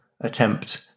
attempt